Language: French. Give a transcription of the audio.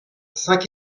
cinq